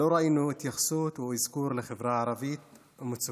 לא ראינו התייחסות או אזכור לחברה הערבית ומצוקותיה.